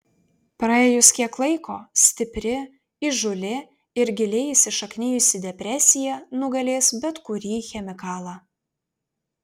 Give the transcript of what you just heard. praėjus kiek laiko stipri įžūli ir giliai įsišaknijus depresija nugalės bet kurį chemikalą